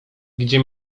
gdzie